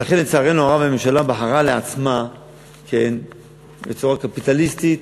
לצערנו הרב, הממשלה בחרה לעצמה בצורה קפיטליסטית,